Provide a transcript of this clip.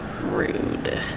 Rude